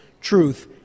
truth